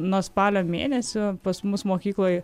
nuo spalio mėnesio pas mus mokykloj